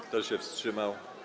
Kto się wstrzymał?